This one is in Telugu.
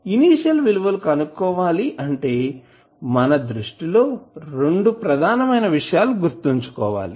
ఇనీషియల్ విలువలు కనుక్కోవాలి అంటే మన దృష్టిలో లో రెండు ప్రధానమైన విషయాలు గుర్తుంచుకోవాలి